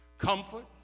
Comfort